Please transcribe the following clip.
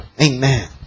Amen